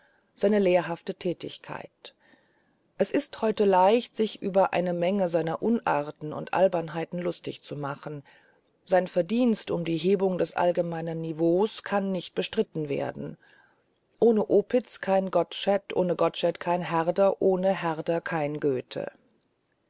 seine lehrhafte tätigkeit es ist heute leicht sich über eine menge seiner unarten und albernheiten lustig zu machen sein verdienst um die hebung des allgemeinen niveaus kann nicht bestritten werden ohne opitz kein gottsched ohne gottsched kein herder ohne herder kein goethe